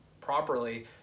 properly